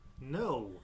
No